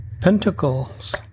Pentacles